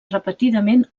repetidament